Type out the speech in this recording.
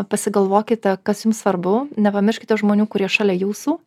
pasigalvokite kas jums svarbu nepamirškite žmonių kurie šalia jūsų